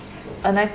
and I think